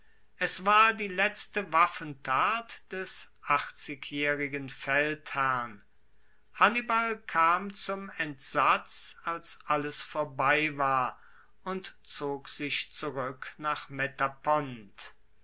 es war die letzte waffentat des achtzigjaehrigen feldherrn hannibal kam zum entsatz als alles vorbei war und zog sich zurueck nach